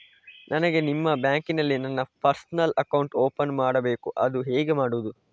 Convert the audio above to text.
ನನಗೆ ನಿಮ್ಮ ಬ್ಯಾಂಕಿನಲ್ಲಿ ನನ್ನ ಪರ್ಸನಲ್ ಅಕೌಂಟ್ ಓಪನ್ ಮಾಡಬೇಕು ಅದು ಹೇಗೆ ಮಾಡುವುದು?